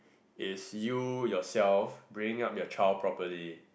is you yourself bringing up your child properly